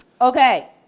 okay